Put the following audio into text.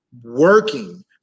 working